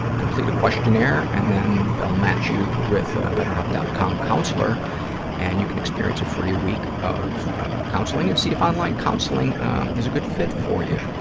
complete a questionnaire and then they'll match you with a betterhelp. com counselor and you can experience a free week of counseling and see if online counseling is a good fit for you.